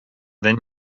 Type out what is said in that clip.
then